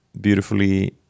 beautifully